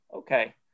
okay